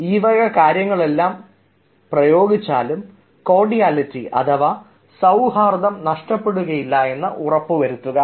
ഈ വക കാര്യങ്ങളെല്ലാം പ്രയോഗിച്ചാലും കോടിയാലിറ്റി അഥവാ സൌഹാർദ്ദം നഷ്ടപ്പെടുകയില്ല എന്ന് ഉറപ്പുവരുത്തുക